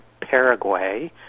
Paraguay